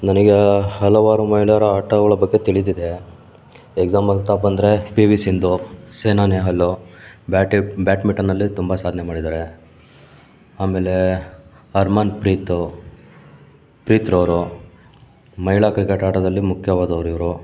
ನನಗೆ ಹಲವಾರು ಮಹಿಳೆಯರು ಆಟಗಳ ಬಗ್ಗೆ ತಿಳಿದಿದೆ ಎಕ್ಸಾಮ್ ಅಂತ ಬಂದರೆ ಪಿ ವಿ ಸಿಂಧು ಸೈನಾ ನೆಹಾಲ್ ಬ್ಯಾಟಿಬ್ ಬ್ಯಾಟ್ಮಿಟನ್ನಲ್ಲಿ ತುಂಬ ಸಾಧನೆ ಮಾಡಿದ್ದಾರೆ ಆಮೇಲೆ ಹರ್ಮಾನ್ ಪ್ರೀತ್ ಪ್ರೀತ್ ಕೌರ್ ಮಹಿಳಾ ಕ್ರಿಕೆಟ್ ಆಟದಲ್ಲಿ ಮುಖ್ಯವಾದವ್ರು ಇವರು